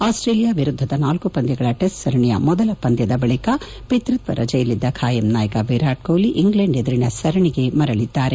Australia ವಿರುದ್ದದ ನಾಲ್ಕು ಪಂದ್ವಗಳ ಟೆಸ್ಟ್ ಸರಣಿಯ ಮೊದಲ ಪಂದ್ವದ ಬಳಿಕ ಪಿತೃತ್ವ ರಜೆಯಲ್ಲಿದ್ದ ಕಾಯಂ ನಾಯಕ ವಿರಾಟ್ ಕೊಹ್ಲಿ ಇಂಗ್ಲೆಂಡ್ ಎದುರಿನ ಸರಣಿಗೆ ಮರಳಿದ್ದಾರೆ